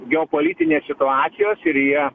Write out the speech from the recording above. geopolitinės situacijos ir jie